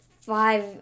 five